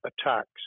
attacks